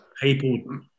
people